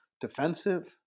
defensive